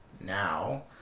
now